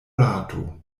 rato